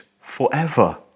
forever